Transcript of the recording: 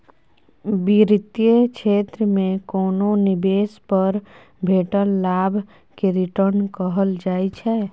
बित्तीय क्षेत्र मे कोनो निबेश पर भेटल लाभ केँ रिटर्न कहल जाइ छै